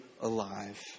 alive